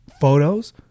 photos